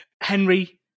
Henry